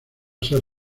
ser